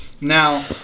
Now